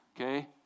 Okay